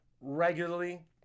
regularly